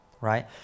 Right